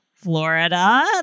Florida